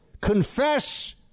Confess